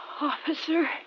Officer